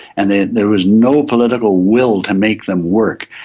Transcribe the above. and there there was no political will to make them work.